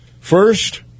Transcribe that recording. First